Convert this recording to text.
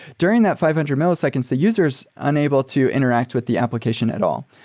during that five hundred milliseconds, the user is unable to interact with the application at all.